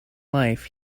life